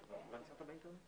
כן.